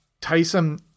Tyson